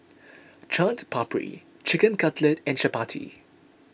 Chaat Papri Chicken Cutlet and Chapati